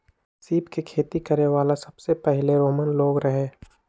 सीप के खेती करे वाला सबसे पहिले रोमन लोग रहे